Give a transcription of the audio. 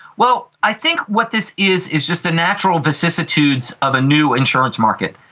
well, i think what this is is just the natural vicissitudes of a new insurance market.